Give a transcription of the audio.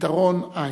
ופתרון אין.